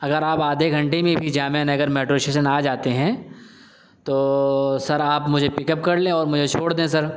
اگر آپ آدھے گھنٹے میں بھی جامعہ نگر میٹرو اسٹیشن آ جاتے ہیں تو سر آپ مجھے پک اپ کر لیں اور مجھے چھوڑ دیں سر